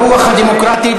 ברוח הדמוקרטית,